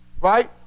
Right